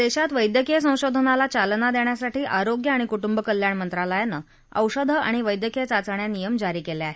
देशात वैद्यकीय संशोधनारला चालना देण्यसासाठी आरोग्य आणि कुटुंब कल्याण मंत्रालयानं औषधं आणि वैद्यकीय चाचण्या नियम जारी केले आहेत